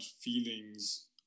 feelings